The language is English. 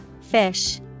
Fish